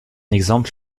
exemple